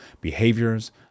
behaviors